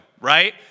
Right